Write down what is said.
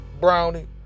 brownie